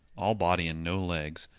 all body and no legs,